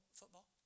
football